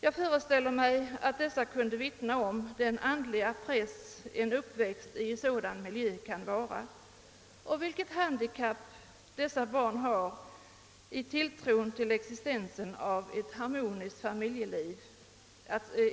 Jag föreställer mig att sådana barn skulle kunna vittna om den andliga press som en uppväxt i en miljö av detta slag kan innebära och vilket handikapp dessa barn har när det gäller tilltron till existensen av ett harmoniskt familjeliv.